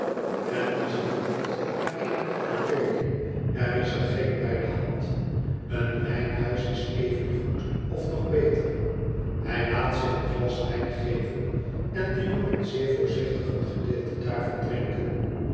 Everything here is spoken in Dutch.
allan ziet rond naar eene apotheek er is er geen bij de hand een wijnhuis is evengoed of nog beter hij laat zich een glas wijn geven en den jongen zeer voorzichtig een gedeelte daarvan drinken